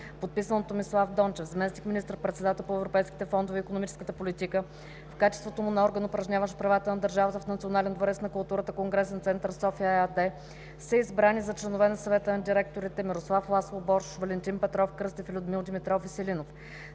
подписан от Томислав Дончев – заместник министър председател по европейските фондове и икономическата политика, в качеството му на орган, упражняващ правата на държавата в „Национален дворец на културата – Конгресен център София“ ЕАД, са избрани за членове на Съвета на директорите – Мирослав Ласло Боршош, Валентин Петров Кръстев и Людмил Димитров Веселинов.